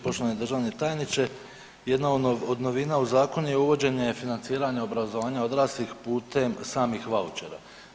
Poštovani državni tajniče jedna od novina u zakon je uvođenje financiranje obrazovanja odraslih putem samih vaučera.